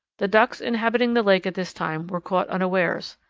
the ducks inhabiting the lake at this time were caught unawares.